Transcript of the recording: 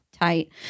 tight